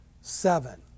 seven